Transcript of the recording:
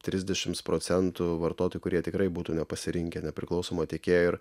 trisdešimt procentų vartotojų kurie tikrai būtų nepasirinkę nepriklausomo tiekėjo ir